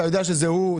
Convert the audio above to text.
אתה יודע שזה הוא?